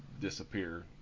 disappear